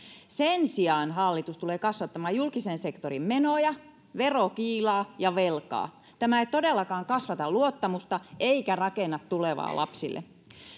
sen sijaan hallitus tulee kasvattamaan julkisen sektorin menoja verokiilaa ja velkaa tämä ei todellakaan kasvata luottamusta eikä rakenna tulevaa lapsille